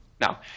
Now